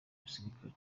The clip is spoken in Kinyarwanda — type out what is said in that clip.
abasirikare